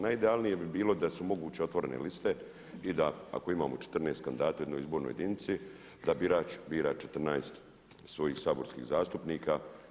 Najidealnije bi bilo da su moguće otvorene liste i da ako imamo 14 kandidata u jednoj izbornoj jedinici da birač bira 14 svojih saborskih zastupnika.